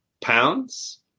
pounds